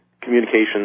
communications